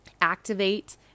activate